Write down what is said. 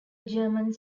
germans